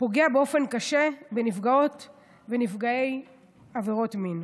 פוגע באופן קשה בנפגעות ובנפגעי עבירות מין.